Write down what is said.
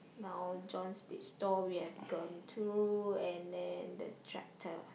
now John's pin store we have gone through and then the tractor